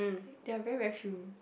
they are very very few